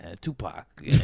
tupac